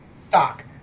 stock